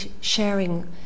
sharing